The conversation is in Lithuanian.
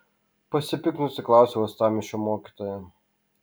pasipiktinusi klausė uostamiesčio mokytoja